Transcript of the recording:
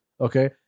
Okay